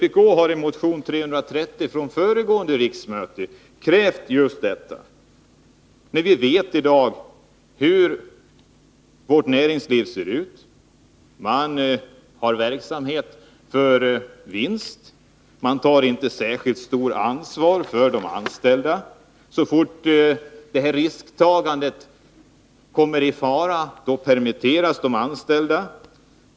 I motion 330 till föregående års riksmöte krävde vpk just detta. Vi vet hur vårt näringsliv ser ut i dag. Man driver verksamhet för vinst. Man tar inte särskilt stort ansvar för de anställda. Så fort vinsterna kommer i fara permitteras de anställda.